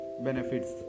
benefits